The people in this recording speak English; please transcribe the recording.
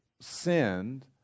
sinned